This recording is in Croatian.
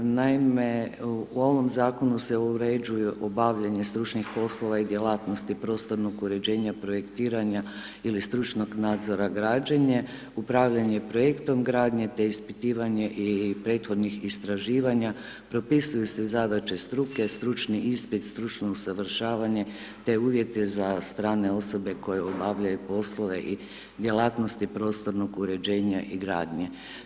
Naime, u ovom zakonu se uređuje obavljanje stručnih poslova i djelatnosti prostornog uređenja, projektiranja ili stručnog nadzora, građenje, upravljanje projektom gradnje te ispitivanje i prethodnih istraživanja, propisuju se zadaće struke, stručni ispit, stručno usavršavanje te uvjeti za strane osobe koje obavljaju poslove i djelatnosti prostornog uređenja i gradnje.